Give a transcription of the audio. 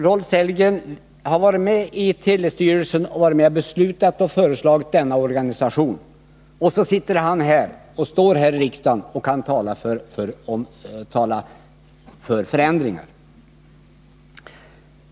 Rolf Sellgren har varit med i telestyrelsen och föreslagit en ny organisation, och så står han här och talar för ett förändrat förslag, säger Bertil Zachrisson.